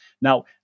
Now